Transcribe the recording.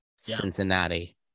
Cincinnati